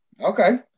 Okay